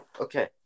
Okay